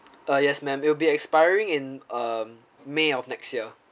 uh yes ma'am it will be expiring in um may of next year